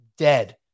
dead